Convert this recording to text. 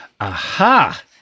Aha